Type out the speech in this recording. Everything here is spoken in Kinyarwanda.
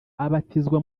abatizwa